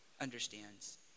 understands